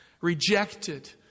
rejected